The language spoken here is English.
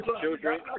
children